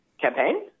campaign